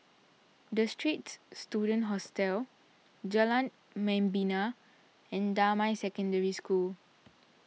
the Straits Students Hostel Jalan Membina and Damai Secondary School